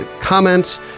comments